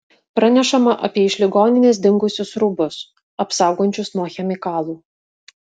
pranešama apie iš ligoninės dingusius rūbus apsaugančius nuo chemikalų